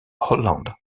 holland